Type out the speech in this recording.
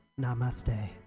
Namaste